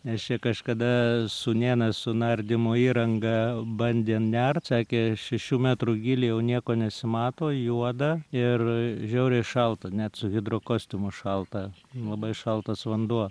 nes čia kažkada sūnėnas su nardymo įranga bandė nert sekė šešių metrų gylį jau nieko nesimato juoda ir žiauriai šalta net su hidro kostiumu šalta labai šaltas vanduo